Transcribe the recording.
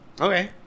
okay